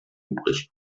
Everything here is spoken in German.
übrig